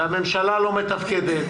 והממשלה לא מתפקדת,